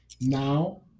now